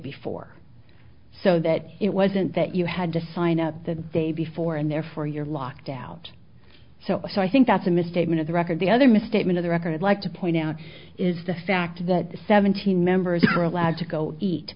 before so that it wasn't that you had to sign up the day before and therefore you're locked out so i think that's a misstatement of the record the other misstatement of the record like to point out is the fact that the seventeen members are allowed to go eat